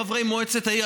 חברי מועצת העיר,